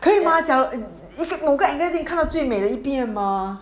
可以吗这样五个 angle 一定看到最美的一边吗